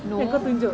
no